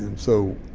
and so,